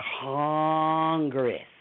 Congress